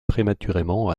prématurément